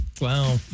wow